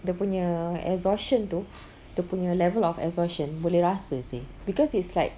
dia punya exhaustion tu dia punya level of exhaustion boleh rasa seh because it's like